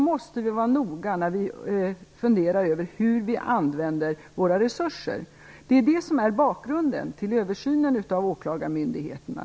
Vi måste vara noga när vi funderar över hur vi använder våra resurser. Det är det som är bakgrunden till översynen av åklagarmyndigheterna.